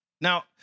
Now